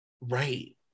Right